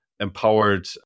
empowered